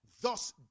thus